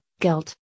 guilt